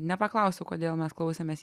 nepaklausiau kodėl mes klausėmės